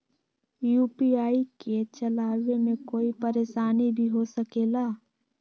UPI के चलावे मे कोई परेशानी भी हो सकेला?